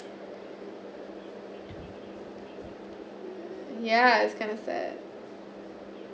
ya it's kind of sad